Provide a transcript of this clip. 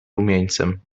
rumieńcem